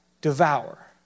devour